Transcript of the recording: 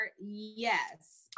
yes